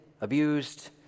abused